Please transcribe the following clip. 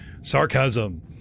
sarcasm